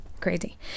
crazy